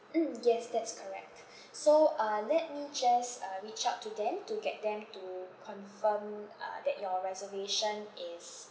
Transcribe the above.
mm yes that's correct so uh let me just uh reach out to them to get them to confirm uh that your reservation is